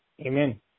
Amen